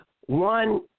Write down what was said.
one